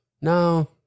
No